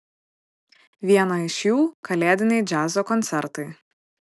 vieną iš jų kalėdiniai džiazo koncertai